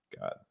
God